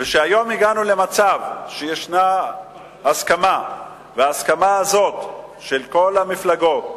היום הגענו למצב שיש הסכמה הסכמה של כל המפלגות,